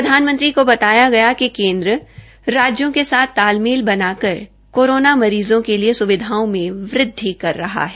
प्रधानमंत्री को बताया गया कि केन्द्र राज्यों के साथ तालमेल बनाकर कोरोना मरीज़ों के लिए सुविधाओ में वृद्धि कर रहा है